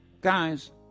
Guys